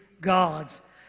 gods